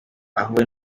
aho